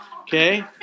Okay